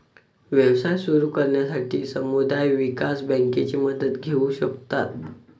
व्यवसाय सुरू करण्यासाठी समुदाय विकास बँकेची मदत घेऊ शकता